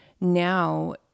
now